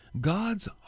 God's